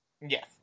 Yes